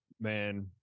man